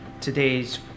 today's